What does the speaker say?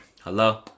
Hello